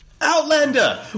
Outlander